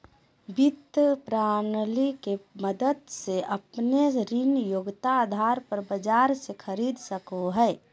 वित्त प्रणाली के मदद से अपने ऋण योग्यता आधार पर बाजार से खरीद सको हइ